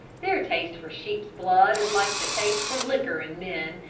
their taste for sheep's blood is like the taste for liquor in men,